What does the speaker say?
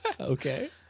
Okay